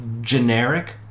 generic